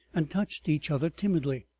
and touched each other timidly,